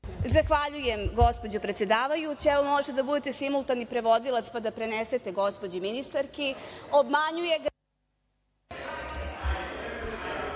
Zahvaljujem gospođo predsedavajuća. Možete da budete simultani prevodilac, pa da prenesete gospođi ministarki,